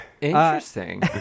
Interesting